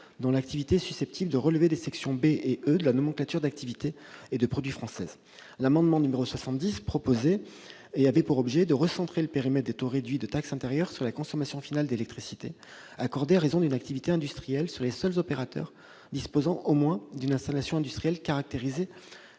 dont l'activité est susceptible de relever des sections B et E de la nomenclature d'activités et de produits français. L'amendement n° 70 avait pour objet de recentrer le périmètre des taux réduits de la taxe intérieure sur la consommation finale d'électricité accordés à raison d'une activité industrielle sur les seuls opérateurs disposant au moins d'une installation industrielle caractérisée